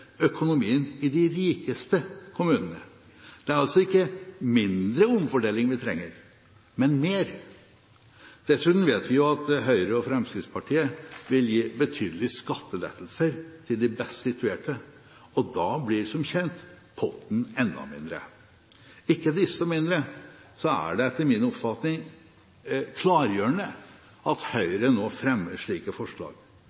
økonomien i de rikeste kommunene. Det er altså ikke mindre omfordeling vi trenger, men mer. Dessuten vet vi jo at Høyre og Fremskrittspartiet vil gi betydelige skattelettelser til de best situerte, og da blir, som kjent, potten enda mindre. Ikke desto mindre er det etter min oppfatning klargjørende at